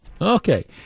Okay